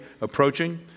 approaching